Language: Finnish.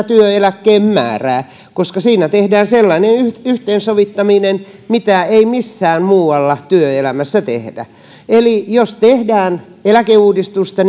työeläkkeen määrää koska siinä tehdään sellainen yhteensovittaminen mitä ei missään muualla työelämässä tehdä eli jos tehdään eläkeuudistusta